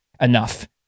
enough